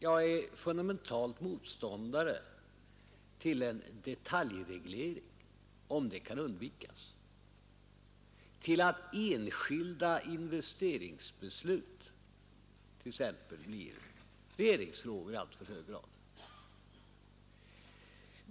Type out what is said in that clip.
Jag är fundamentalt motståndare till en detaljreglering om den kan undvikas, till att enskilda investeringsbeslut i alltför hög grad blir regeringsfrågor.